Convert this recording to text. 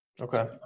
Okay